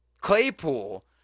Claypool